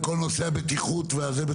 בבטיחות?